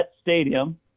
Stadium